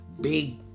big